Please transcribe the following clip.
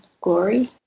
glory